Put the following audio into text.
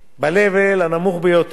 ב-level הנמוך ביותר: